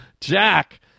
Jack